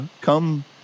come